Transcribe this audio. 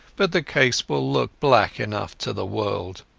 but the case will look black enough to the world.